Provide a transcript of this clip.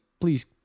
please